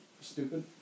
stupid